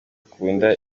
ukunda